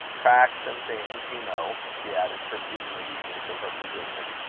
tracts and things. you know, she added, perceiving the weakness of her position,